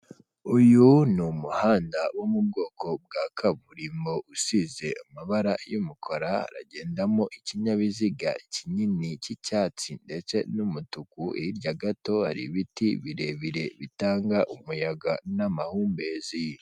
Uyu ni umuhanda wo mu bwoko bwa kaburimbo usize amabara y'umukara, haragendamo ikinyabiziga kinini cy'icyatsi ndetse n'umutuku, hirya gato hari ibiti birebire bitanga umuyaga n'amahumbezi.